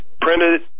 printed